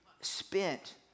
spent